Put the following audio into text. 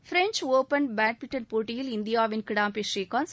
French open badminton போட்டியில் இந்தியாவின் கிடாம்பி ஸ்ரீகாந்த்